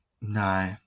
No